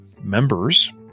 members